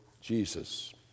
Jesus